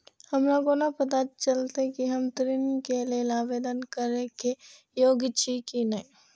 हमरा कोना पताा चलते कि हम ऋण के लेल आवेदन करे के योग्य छी की ने?